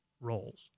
roles